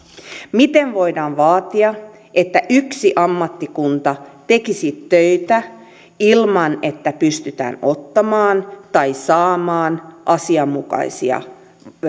miten voidaan vaatia että yksi ammattikunta tekisi töitä ilman että pystytään ottamaan tai saamaan asianmukaisia